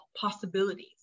possibilities